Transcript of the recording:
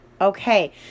Okay